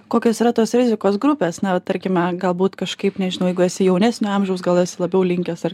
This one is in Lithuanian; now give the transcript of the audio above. kokios yra tos rizikos grupės na tarkime galbūt kažkaip nežinau jeigu esi jaunesnio amžiaus gal esi labiau linkęs ar